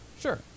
Sure